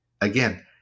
again